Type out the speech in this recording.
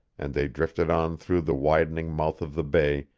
and they drifted on through the widening mouth of the bay,